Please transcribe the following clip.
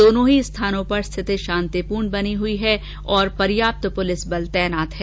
दोनों ही स्थानों पर स्थिति शांतिपूर्ण बनी हुई और पर्याप्त पुलिस बल तैनात है